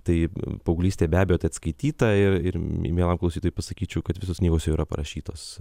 tai paauglystėj be abejo tai atskaityta ir ir mielam klausytojui pasakyčiau kad visos knygos yra parašytos